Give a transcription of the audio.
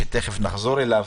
שתיכף נחזור אליו.